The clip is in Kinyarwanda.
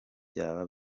byaba